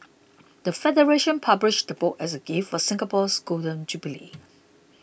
the federation published the book as a gift for Singapore's Golden Jubilee